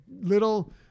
little